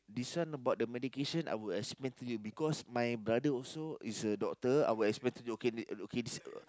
this one about the medication I will explain to you because my brother also is a doctor I will explain to you okay this okay this a